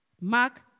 Mark